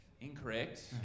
Incorrect